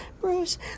Bruce